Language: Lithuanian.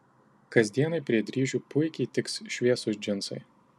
kasdienai prie dryžių puikiai tiks šviesūs džinsai